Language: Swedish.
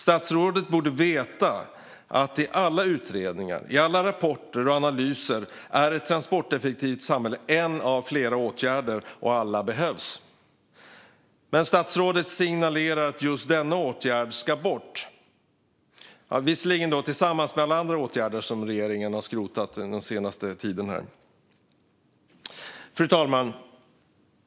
Statsrådet borde veta att i alla utredningar, rapporter och analyser är ett transporteffektivt samhälle en av flera åtgärder och att alla behövs. Men statsrådet signalerar att just denna åtgärd ska bort, visserligen tillsammans med alla andra åtgärder som regeringen har skrotat den senaste tiden. Fru talman!